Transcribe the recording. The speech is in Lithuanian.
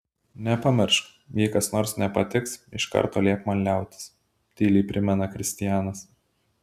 nepamiršk jei kas nors nepatiks iš karto liepk man liautis tyliai primena kristianas